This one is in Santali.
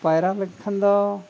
ᱯᱟᱭᱨᱟ ᱞᱮᱱᱠᱷᱟᱱ ᱫᱚ